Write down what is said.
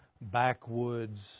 backwoods